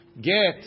Get